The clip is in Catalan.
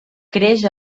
creix